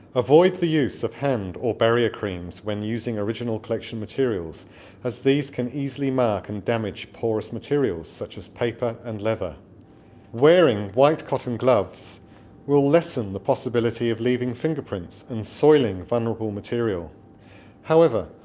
avoid the use of hand or barrier creams when using original collection materials as these can easily mark or and damage porous materials such as paper and leather wearing white cotton gloves will lessen the possibility of leaving fingerprints and soiling vulnerable material however,